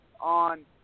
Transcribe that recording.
on